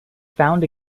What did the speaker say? found